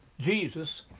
Jesus